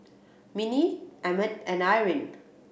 Minnie Emett and Irene